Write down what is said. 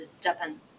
Japan